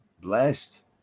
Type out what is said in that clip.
Blessed